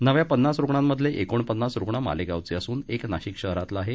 नव्या पन्नास रुणांमधील एकोनपन्नास रुग्ण मालेगांवचे असून एक नाशिक शहरातील आहे